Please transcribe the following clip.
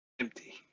Empty